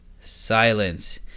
silence